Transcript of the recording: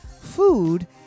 Food